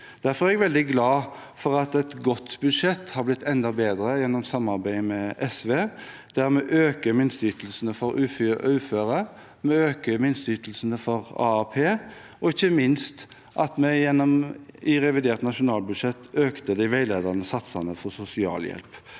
Derfor er jeg veldig glad for at et godt budsjett har blitt enda bedre gjennom samarbeidet med SV. Dermed øker minsteytelsene for uføre, vi øker minsteytelsene for AAP, og ikke minst: i revidert nasjonalbudsjett øker de veiledende satsene for sosialhjelp.